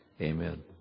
Amen